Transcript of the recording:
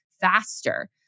faster